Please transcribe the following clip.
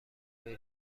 بری